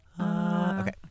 Okay